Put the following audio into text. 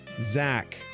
Zach